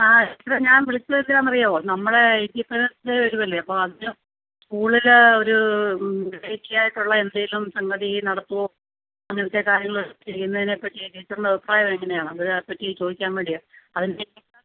ആ ടീച്ചറേ ഞാൻ വിളിച്ചത് എന്തിനാണെന്നറിയാമോ നമ്മളെ എയ്റ്റി ഫെസ്റ്റ് ഡേ വരികയല്ലേ അപ്പോൾ അതിന് സ്കൂളിലെ ഒരു വെറൈറ്റി ആയിട്ടുള്ള എന്തെങ്കിലും സംഗതി നടത്തുമോ അങ്ങനെത്തെ കാര്യങ്ങൾ ചെയ്യുന്നതിനെ പറ്റി ടീച്ചറിൻ്റെ അഭിപ്രായം എങ്ങനെയാണ് അതിനെ പറ്റി ചോദിക്കാൻ വേണ്ടിയാണ് അതിന് ടീച്ചർ